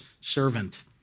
servant